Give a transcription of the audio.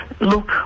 look